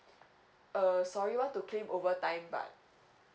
uh sorry want to claim overtime but